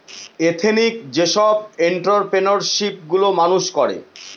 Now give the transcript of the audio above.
ethnic যেসব entrepreneurship গুলো মানুষ করে